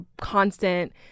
constant